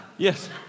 Yes